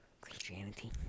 Christianity